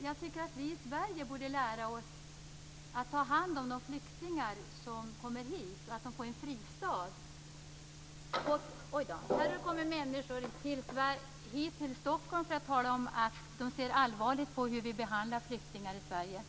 Jag tycker att vi i Sverige borde lära oss att ta hand om de flyktingar som kommer hit och ge dem en fristad. Det har kommit människor hit till Stockholm för att tala om att de ser allvarligt på hur vi behandlar flyktingar i Sverige.